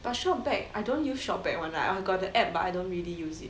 but Shop back I don't use Shop back [one] lah I got the app but I don't really use it